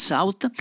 South